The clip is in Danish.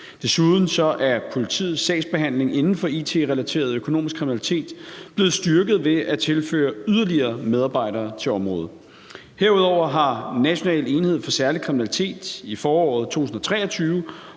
Desuden er politiets sagsbehandling inden for it-relateret økonomisk kriminalitet blevet styrket ved at tilføre yderligere medarbejdere til området. Herudover har National enhed for Særlig Kriminalitet i foråret 2023